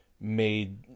made